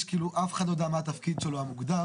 כאילו אף אחד לא יודע מה התפקיד שלו המוגדר,